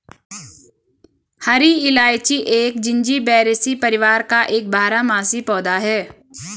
हरी इलायची एक जिंजीबेरेसी परिवार का एक बारहमासी पौधा है